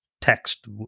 text